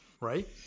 right